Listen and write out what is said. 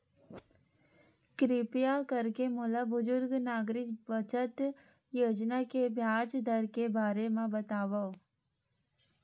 किरपा करके मोला बुजुर्ग नागरिक बचत योजना के ब्याज दर के बारे मा बतावव